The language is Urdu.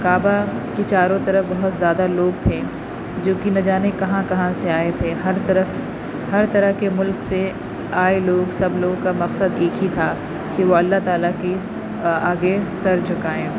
کعبہ کی چاروں طرف بہت زیادہ لوگ تھے جوکہ نہ جانے کہاں کہاں سے آئے تھے ہر طرف ہر طرح کے ملک سے آئے لوگ سب لوگوں کا مقصد ایک ہی تھا کہ وہ اللہ تعالیٰ کی آگے سر جھکائیں